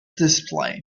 display